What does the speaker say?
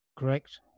correct